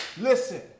Listen